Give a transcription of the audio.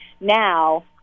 now